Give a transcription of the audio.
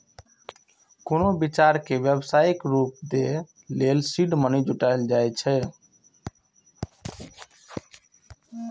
कोनो विचार कें व्यावसायिक रूप दै लेल सीड मनी जुटायल जाए छै